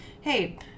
Hey